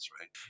right